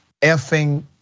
effing